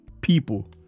people